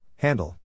Handle